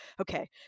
okay